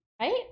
right